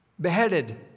beheaded